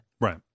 Right